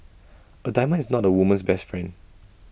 A diamond is not A woman's best friend